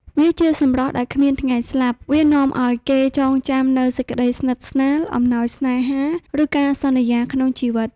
វាជាសម្រស់ដែល គ្មានថ្ងៃស្លាប់ វានាំឲ្យគេចងចាំនូវសេចក្ដីស្និទ្ធស្នាល អំណោយស្នេហា ឬការសន្យាក្នុងជីវិត។